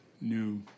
new